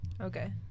Okay